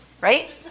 Right